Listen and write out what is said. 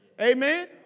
amen